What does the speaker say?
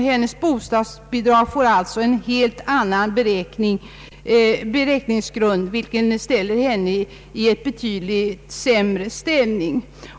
Hennes bostadsbidrag beräknas alltså efter helt andra grunder, vilket ställer henne i en avsevärt sämre situation.